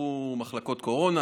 פתחו מחלקות קורונה,